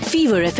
Fever